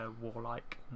warlike